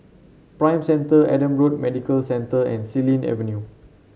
Prime Centre Adam Road Medical Centre and Xilin Avenue